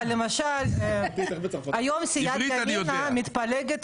היום סיעת ימינה מתפלגת